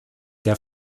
der